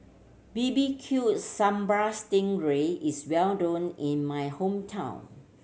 B B Q Sambal sting ray is well known in my hometown